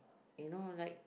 you know like